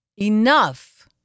Enough